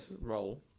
Roll